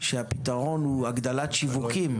שהפתרון הוא הגדלת שיווקים.